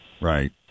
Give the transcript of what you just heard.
Right